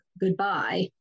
goodbye